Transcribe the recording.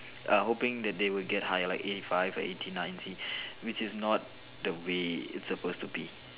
err hoping that they will get higher like eighty five or eighty nine see which is not the way it's supposed to be